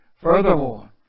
furthermore